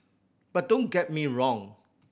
but don't get me wrong